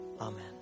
Amen